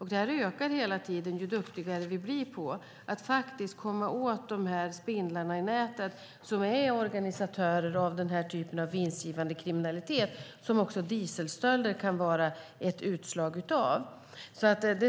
Och det ökar hela tiden, ju duktigare vi blir på att komma åt spindlarna i nätet som är organisatörer av den här typen av vinstgivande kriminalitet, som också dieselstölder kan vara ett utslag av.